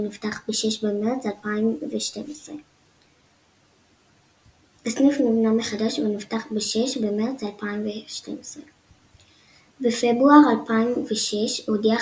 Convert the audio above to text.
ונפתח ב-6 במרץ 2012. בפברואר 2006 הודיעה